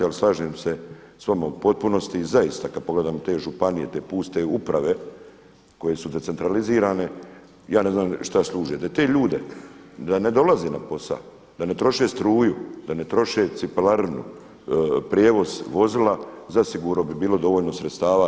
Ali slažem se s vama u potpunosti, zaista kad pogledamo te županije, te puste uprave koje su decentralizirane ja ne znam šta služe da te ljude da ne dolaze na posao, da ne troše struju, da ne troše cipelarinu, prijevoz vozila zasigurno bi bilo dovoljno sredstava i za besplatne obroke na tim područjima djece i za prijevoz učenika besplatan, zasigurno bi bilo dovoljno sredstava.